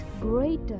greater